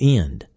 end